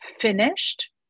finished